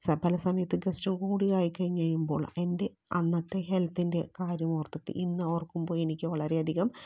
സകല സമയത്തും ഗെസ്റ്റൂടി ആയിക്കഴിഞ്ഞു കഴിയുമ്പോൾ എൻ്റെ അന്നത്തെ ഹെൽത്തിൻ്റെ കാര്യമോർത്തിട്ട് ഇന്നോർക്കുമ്പോൾ എനിക്ക് വളരെ അധികം